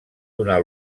donar